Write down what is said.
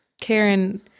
Karen